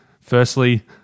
Firstly